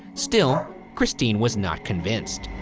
still, christine was not convinced.